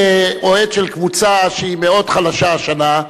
כאוהד של קבוצה שהיא מאוד חלשה השנה,